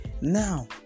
Now